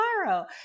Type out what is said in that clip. tomorrow